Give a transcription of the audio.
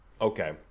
Okay